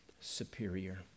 superior